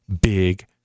big